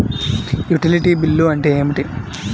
Utility bill అంటే ఏమిటి?